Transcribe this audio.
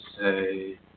say